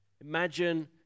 imagine